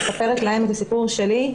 אני מספרת להם את הסיפור שלי.